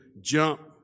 jump